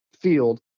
field